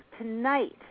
tonight